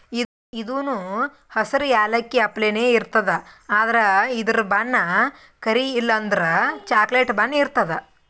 ಇದೂನು ಹಸ್ರ್ ಯಾಲಕ್ಕಿ ಅಪ್ಲೆನೇ ಇರ್ತದ್ ಆದ್ರ ಇದ್ರ್ ಬಣ್ಣ ಕರಿ ಇಲ್ಲಂದ್ರ ಚಾಕ್ಲೆಟ್ ಬಣ್ಣ ಇರ್ತದ್